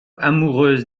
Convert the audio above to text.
amoureuse